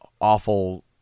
awful